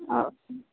औ